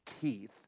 teeth